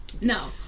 No